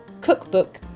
cookbook